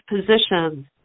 positions